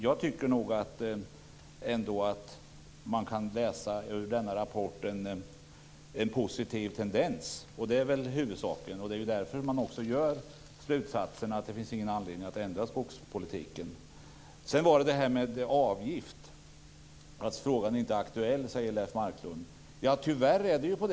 Jag tycker ändå att man av rapporten kan utläsa en positiv tendens, och det är väl huvudsaken. Därför drar man också slutsatsen att det inte finns någon anledning att ändra skogspolitiken. Sedan har vi frågan om avgift. Leif Marklund sade att frågan inte är aktuell.